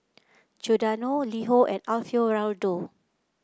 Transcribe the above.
Giordano LiHo and Alfio Raldo